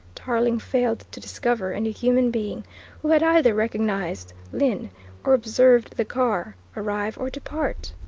tarling failed to discover any human being who had either recognised lyne or observed the car arrive or depart.